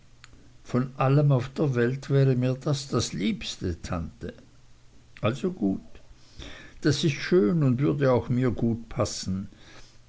von allem auf der welt wäre mir das das liebste tante also gut das ist schön und würde auch mir gut passen